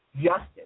justice